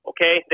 Okay